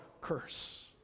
curse